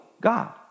God